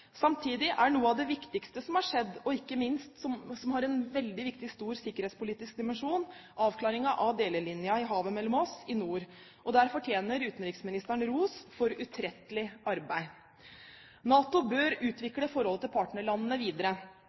Samtidig er noe av det viktigste som har skjedd – og som ikke minst har en veldig viktig og stor sikkerhetspolitisk dimensjon – avklaringen av delelinjen i havet mellom oss i nord. Der fortjener utenriksministeren ros for utrettelig arbeid. NATO bør utvikle forholdet til partnerlandene videre.